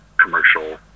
commercial